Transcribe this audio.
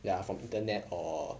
ya from internet or